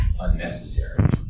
unnecessary